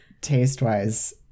Taste-wise